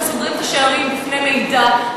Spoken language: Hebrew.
שסוגרים את השערים בפני מידע.